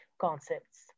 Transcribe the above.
concepts